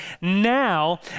Now